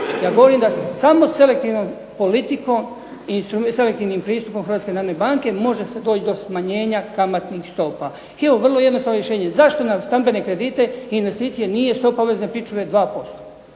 Ja govorim da samo selektivnom politikom i selektivnim pristupom Hrvatske narodne banke može se doći do smanjenja kamatnih stopa. I evo vrlo jednostavno rješenje. Zašto na stambene kredite i investicije nije stopa obvezne pričuve 2%?